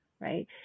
right